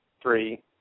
three